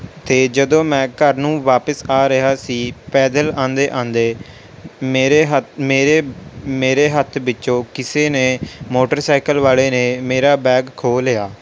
ਅਤੇ ਜਦੋਂ ਮੈਂ ਘਰ ਨੂੰ ਵਾਪਿਸ ਆ ਰਿਹਾ ਸੀ ਪੈਦਲ ਆਉਂਦੇ ਆਉਂਦੇ ਮੇਰੇ ਮੇਰੇ ਮੇਰੇ ਹੱਥ ਵਿੱਚੋਂ ਕਿਸੇ ਨੇ ਮੋਟਰਸਾਈਕਲ ਵਾਲੇ ਨੇ ਮੇਰਾ ਬੈਗ ਖੋਹ ਲਿਆ